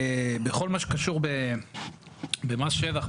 בכל מה שקשור במס שבח,